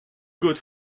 good